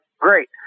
great